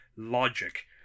logic